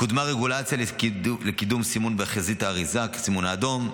קודמה רגולציה לקידום סימון בחזית האריזה כסימון האדום.